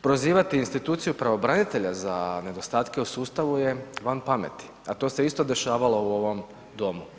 Prozivati instituciju pravobranitelja za nedostatke u sustavu je van pameti, a to je isto dešavalo u ovom domu.